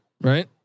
right